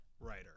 writer